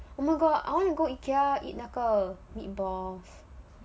oh my god I want to go ikea to eat 那个 meatballs